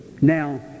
Now